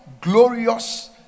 glorious